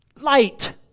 light